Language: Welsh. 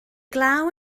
glaw